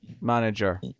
Manager